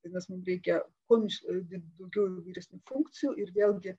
tai mes mum reikia kuo daugiau įvairesnių funkcijų ir vėlgi